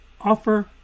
offer